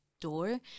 door